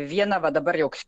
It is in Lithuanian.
vieną va dabar joks